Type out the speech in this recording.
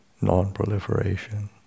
non-proliferation